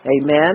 Amen